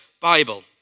Bible